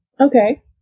Okay